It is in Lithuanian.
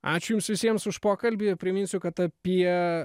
ačiū jums visiems už pokalbį priminsiu kad apie